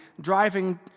driving